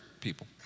people